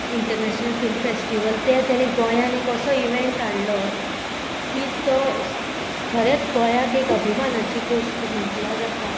international film festival तें तेणे गोंयान एक असो इवेंट हाडलो की तो खरेंत गोंयाक एक अभिमानाची गोश्ट म्हटल्यार जाता